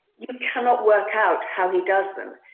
you cannot work out how he does them.